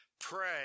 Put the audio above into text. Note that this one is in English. pray